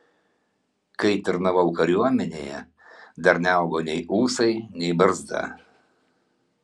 kai tarnavau kariuomenėje dar neaugo nei ūsai nei barzda